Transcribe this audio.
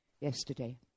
yesterday